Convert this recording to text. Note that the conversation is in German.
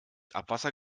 abwasser